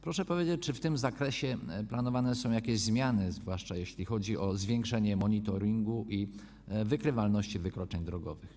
Proszę powiedzieć, czy w tym zakresie planowane są jakieś zmiany, zwłaszcza jeśli chodzi o zwiększenie monitoringu i wykrywalności wykroczeń drogowych.